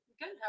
Good